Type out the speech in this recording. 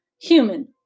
Human